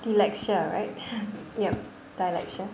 dyslexia right yup dyslexia